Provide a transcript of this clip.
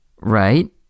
Right